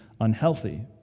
unhealthy